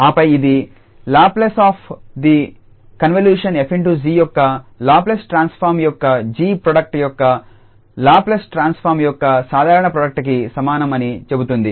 ఆపై ఇది Laplace of the convolution 𝑓∗𝑔 యొక్క లాప్లేస్ ట్రాన్స్ఫార్మ్ యొక్క 𝑔 ప్రొడక్ట్ యొక్క లాప్లేస్ ట్రాన్స్ఫార్మ్ యొక్క సాధారణ ప్రోడక్ట్ కి సమానం అని చెబుతుంది